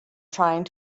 trying